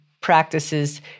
practices